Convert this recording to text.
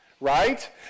Right